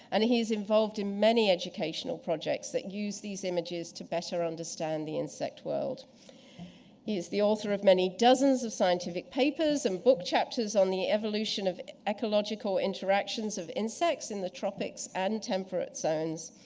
and he's involved in many educational projects that use these images to better understand the insect world. he is the author of many dozens of scientific papers and book chapters on the evolution of ecological interactions of insects in the tropics and temperate zones.